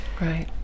right